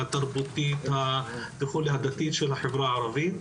התרבותית והדתית של החברה הערבית.